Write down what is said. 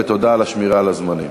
ותודה על השמירה על הזמנים.